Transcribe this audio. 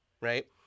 Right